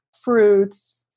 fruits